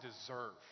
deserve